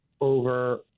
over